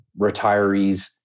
retirees